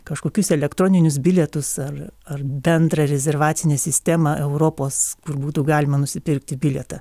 kažkokius elektroninius bilietus ar ar bendrą rezervacinę sistemą europos kur būtų galima nusipirkti bilietą